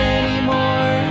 anymore